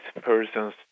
persons